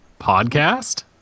Podcast